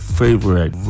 favorite